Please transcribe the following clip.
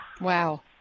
Wow